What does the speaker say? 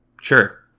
Sure